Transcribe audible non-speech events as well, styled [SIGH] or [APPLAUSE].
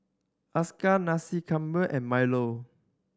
[UNINTELLIGIBLE] Nasi Campur and milo